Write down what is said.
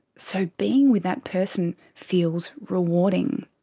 so being with that person feels rewarding.